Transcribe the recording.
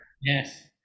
Yes